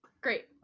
Great